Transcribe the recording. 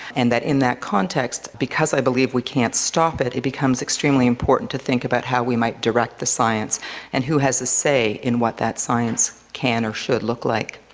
and that in that context, because i believe we can't stop it, it becomes extremely important to think about how we might direct the science and who has a say in what that science can or should look like.